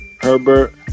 herbert